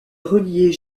reliait